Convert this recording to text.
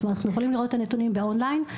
אנחנו יכולים לראות את הנתונים און-ליין.